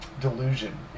delusion